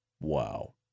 wow